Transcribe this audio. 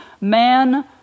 man